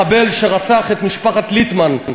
אותו אבא של מחבל שרצח את משפחת ליטמן,